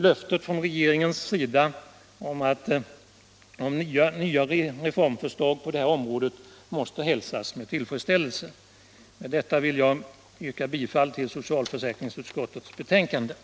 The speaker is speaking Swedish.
Löftet från regeringen om nya reformförslag på det här området måste hälsas med tillfreds Med detta vill jag yrka bifall till socialförsäkringsutskottets hemställan. Tisdagen den